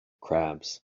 crabs